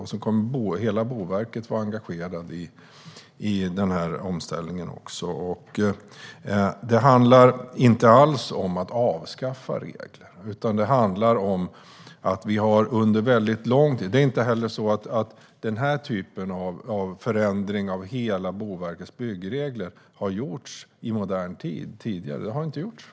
Hela Boverket kommer att vara engagerat i denna omställning. Det handlar inte alls om att avskaffa regler. En sådan här förändring av Boverkets byggregler har aldrig tidigare gjorts.